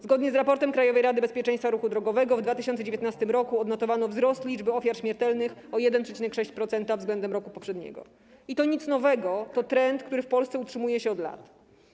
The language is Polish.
Zgodnie z raportem Krajowej Rady Bezpieczeństwa Ruchu Drogowego w 2019 r. odnotowano wzrost liczby ofiar śmiertelnych o 1,6% względem roku poprzedniego, i to nic nowego, to trend, który w Polsce utrzymuje się od lat.